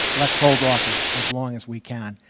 let's hold off as as long as we can,